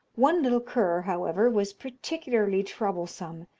one little cur, however, was particularly troublesome,